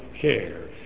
care